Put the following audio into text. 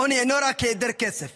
עוני אינו רק היעדר כסף,